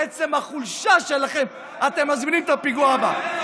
בעצם החולשה שלכם, אתם מזמינים את הפיגוע הבא.